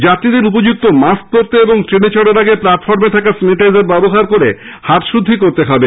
যাত্রীদের উপযুক্ত মাস্ক পড়তে এবং ট্রেনে চড়ার আগে প্ল্যাটফর্মে থাকা স্যানিটাইজার ব্যবহার করে হাতশুদ্ধি করতে হবে